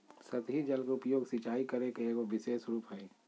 सतही जल के उपयोग, सिंचाई करे के एगो विशेष रूप हइ